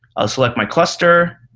i'll select my cluster.